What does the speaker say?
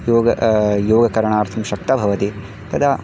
योगः योगकरणार्थं शक्तः भवति तदा